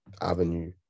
avenue